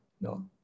No